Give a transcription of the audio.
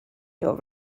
your